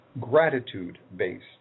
gratitude-based